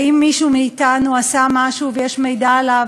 ואם מישהו מאתנו עשה משהו ויש מידע עליו,